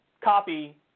copy